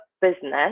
business